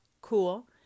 Cool